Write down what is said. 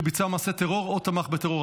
שביצע מעשה טרור או תמך בטרור),